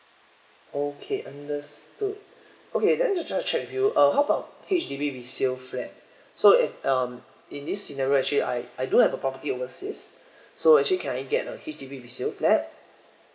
okay understood okay then I just check with you uh how about H_D_B resale flat so if um in this scenario actually I I do have a property oversea so actually can I get a H_D_B resale flat